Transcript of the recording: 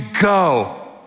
go